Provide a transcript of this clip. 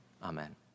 Amen